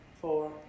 four